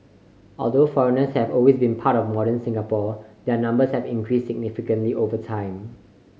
although foreigners have always been a part of modern Singapore their numbers have increased significantly over time